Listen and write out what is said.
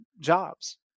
jobs